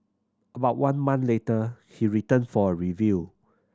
about one month later he returned for a review